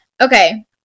Okay